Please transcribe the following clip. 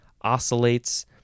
oscillates